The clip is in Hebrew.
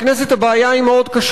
היה אתנו,